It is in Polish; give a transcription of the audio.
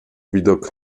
widok